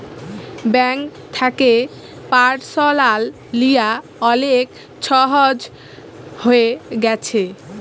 bank থ্যাকে পারসলাল লিয়া অলেক ছহজ হঁয়ে গ্যাছে